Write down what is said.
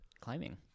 climbing